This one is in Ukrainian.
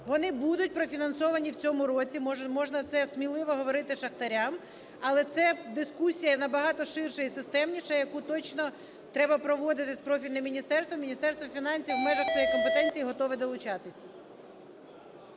вони будуть профінансовані в цьому році, можна це сміливо говорити шахтарям. Але це дискусія набагато ширша і системніша, яку точно треба проводити з профільним міністерством. Міністерство фінансів в межах своєї компетенції готове долучатися.